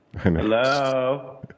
Hello